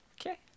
Okay